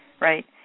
right